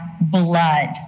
blood